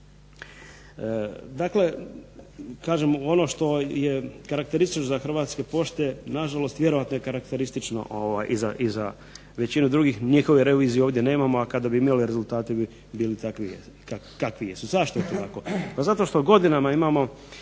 kažem ono što je karakteristično za Hrvatske pošte na žalost vjerojatno je karakteristično za mnoge druge, njihove revizije ovdje nemamo a kada bi bili rezultati bi bili takvi kakvi jesu. Zašto je tako? Zato što godinama imamo